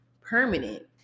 permanent